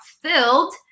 filled